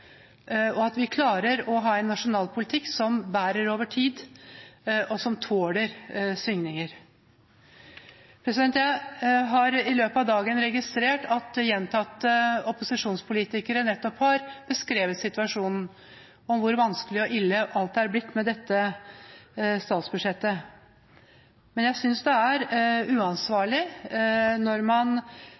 og at vi klarer å ha en nasjonal politikk som bærer over tid, og som tåler svingninger. Jeg har i løpet av dagen registrert at gjentatte opposisjonspolitikere nettopp har beskrevet situasjonen, hvor vanskelig og ille alt er blitt med dette statsbudsjettet. Men jeg synes det er uansvarlig når man